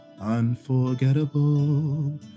Unforgettable